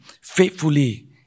faithfully